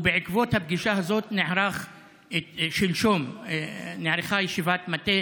ובעקבות הפגישה הזאת שלשום נערכה ישיבת מטה